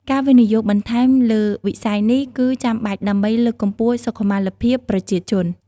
ការវិនិយោគបន្ថែមលើវិស័យនេះគឺចាំបាច់ដើម្បីលើកកម្ពស់សុខុមាលភាពប្រជាជន។